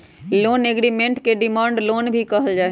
loan agreement के demand loan भी कहल जा हई